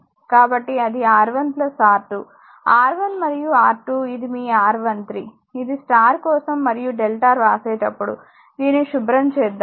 కాబట్టి అది R1 R2 R1 మరియు R2 ఇది మీ R13 ఇది స్టార్ కోసం మరియు డెల్టా వ్రాసేటప్పుడు దీనిని శుభ్రం చేద్దాం